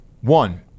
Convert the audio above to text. One